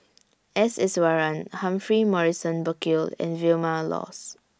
S Iswaran Humphrey Morrison Burkill and Vilma Laus